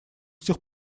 сих